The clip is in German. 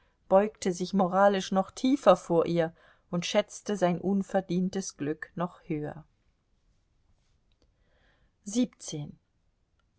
beugte sich moralisch noch tiefer vor ihr und schätzte sein unverdientes glück noch höher